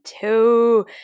two